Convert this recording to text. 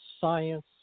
science